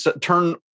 turn